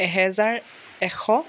এহেজাৰ এশ